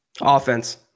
Offense